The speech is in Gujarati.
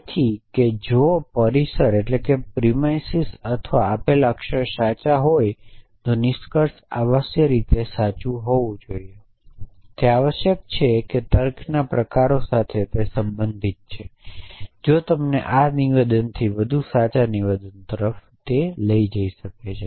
તેથી કે જો પરિસર અથવા આપેલ અક્ષરો સાચા હોય તો નિષ્કર્ષ આવશ્યક સાચું હોવું આવશ્યક છે તે તર્કના પ્રકારો સાથે સંબંધિત છે જે તમને સાચા નિવેદનથી વધુ સાચા નિવેદનો તરફ લઈ જાય છે